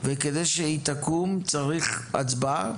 וכדי שהיא תקום צריך הצבעה?